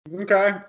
Okay